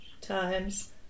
times